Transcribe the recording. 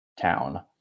town